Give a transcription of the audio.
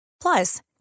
plus